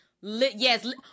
yes